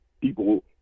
people